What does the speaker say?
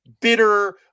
bitter